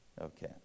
Okay